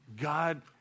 God